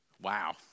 Wow